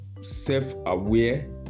self-aware